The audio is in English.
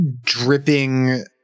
dripping